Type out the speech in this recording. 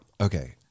Okay